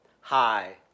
Hi